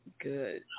Good